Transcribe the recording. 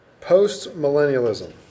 post-millennialism